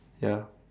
ya